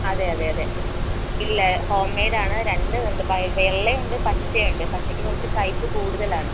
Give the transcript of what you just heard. അതെ അതെ അതെ ഇല്ല ഹോം മേയ്ഡ് ആണ് രണ്ടുമുണ്ട് ബൈ വെള്ളയും ഉണ്ട് പച്ചയും ഉണ്ട് പച്ചയ്ക്ക് കുറച്ച് കയ്പ്പ് കൂടുതലാണ്